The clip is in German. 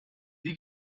die